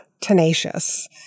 tenacious